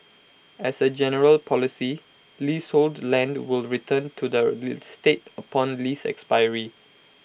as A general policy leasehold land will return to the state upon lease expiry